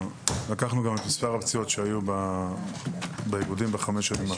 לקחנו את מספר הפציעות שהיו באיגודים בחמש השנים האחרונות.